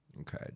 Okay